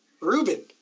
Ruben